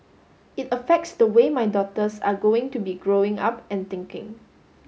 it affects the way my daughters are going to be growing up and thinking